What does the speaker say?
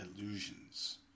illusions